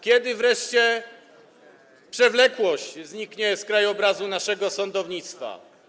Kiedy wreszcie przewlekłość zniknie z krajobrazu naszego sądownictwa?